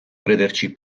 crederci